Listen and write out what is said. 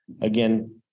Again